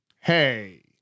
Hey